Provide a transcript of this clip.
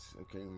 okay